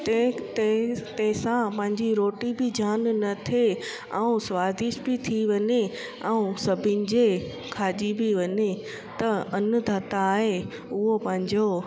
ते ते तंहिं सां मुंहिंजी रोटी बि ज़्यानु न थिए ऐं स्वादिष्ट बि थी वञे ऐं सभिनि जे खाइजी बि वञे त अनु दाता आहे उहो पंहिंजो